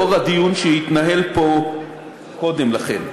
לאור הדיון שהתנהל פה קודם לכן.